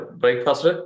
breakfast